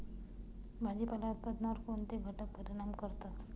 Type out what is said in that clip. भाजीपाला उत्पादनावर कोणते घटक परिणाम करतात?